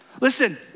Listen